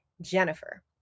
Jennifer